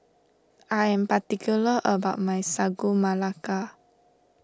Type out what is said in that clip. I am particular about my Sagu Melaka